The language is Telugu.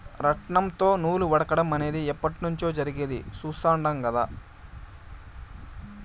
రాట్నంతో నూలు వడకటం అనేది ఎప్పట్నుంచో జరిగేది చుస్తాండం కదా